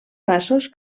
passos